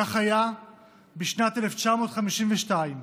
כך היה בשנת 1952,